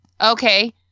Okay